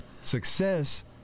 Success